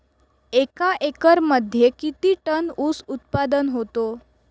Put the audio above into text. एका एकरमध्ये किती टन ऊस उत्पादन होतो?